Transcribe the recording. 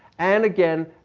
and again,